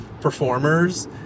performers